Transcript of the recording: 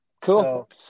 Cool